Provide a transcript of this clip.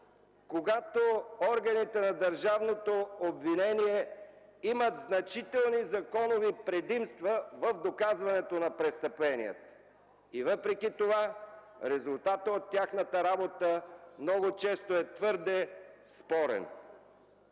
когато органите на държавното обвинение имат значителни законови предимства в доказването на престъплението. И въпреки това резултатът от тяхната работа много често е твърде спорен.